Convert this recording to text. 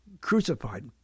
crucified